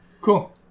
Cool